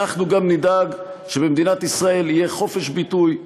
אנחנו גם נדאג שבמדינת ישראל יהיו חופש ביטוי,